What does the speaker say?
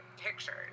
pictures